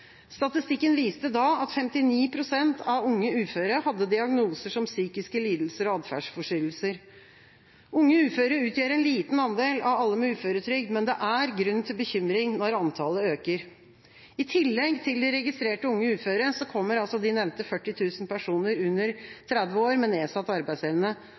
Statistikken viste da at 59 pst. av unge uføre hadde diagnoser som psykiske lidelser og atferdsforstyrrelser. Unge uføre utgjør en liten andel av alle med uføretrygd, men det er grunn til bekymring når antallet øker. I tillegg til de registrerte unge uføre kommer de nevnte 40 000 personene under 30 år med nedsatt arbeidsevne.